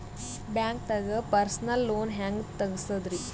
ಬ್ಯಾಂಕ್ದಾಗ personal loan ಹೆಂಗ್ ತಗ್ಸದ್ರಿ?